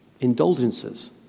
Indulgences